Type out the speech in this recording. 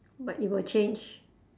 but it will change